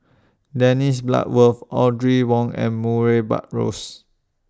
Dennis Bloodworth Audrey Wong and Murray Buttrose